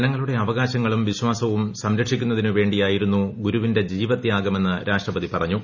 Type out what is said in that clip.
ജനങ്ങളുടെ അവകാശങ്ങളും വിശ്ച്ച്സവും സംരക്ഷിക്കുന്നതിനു വേണ്ടിയായിരുന്നു ഗുരുവിട്ന്റ് ജീവത്യാഗമെന്ന് രാഷ്ട്രപതി പറഞ്ഞു